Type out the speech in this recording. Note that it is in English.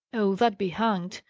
oh, that be hanged!